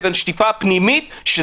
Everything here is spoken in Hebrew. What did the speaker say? לשטיפה פנימית,